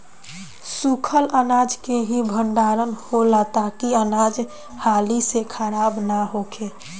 सूखल अनाज के ही भण्डारण होला ताकि अनाज हाली से खराब न होखे